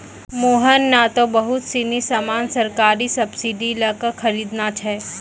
मोहन नं त बहुत सीनी सामान सरकारी सब्सीडी लै क खरीदनॉ छै